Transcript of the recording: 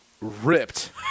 ripped